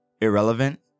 irrelevant